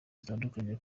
zitandukanye